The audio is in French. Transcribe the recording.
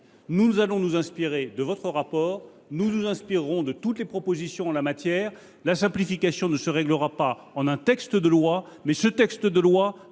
Nous allons nous inspirer de votre rapport, nous nous inspirerons de toutes les propositions en la matière. La simplification ne se réglera pas en un texte de loi, mais celui ci doit